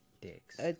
dicks